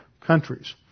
countries